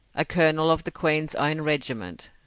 a colonel of the queen's own regiment,